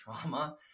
trauma